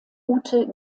ute